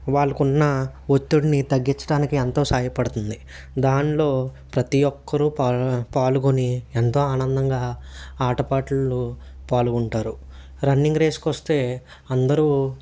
వాళ్ళకున్న ఒత్తిడిని తగ్గించడాానికి ఎంతో సహాయపడుతుంది దానిలో ప్రతి ఒక్కరూ పా పాల్గొని ఎంతో ఆనందంగా ఆటపాటలు పాల్గొంటారు రన్నింగ్ రేస్కొస్తే అందరూ